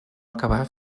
acabà